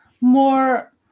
more